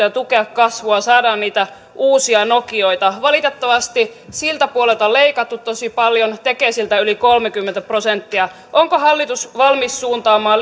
ja tukea kasvua saada niitä uusia nokioita valitettavasti siltä puolelta on leikattu tosi paljon tekesiltä yli kolmekymmentä prosenttia onko hallitus valmis suuntaamaan